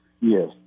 yes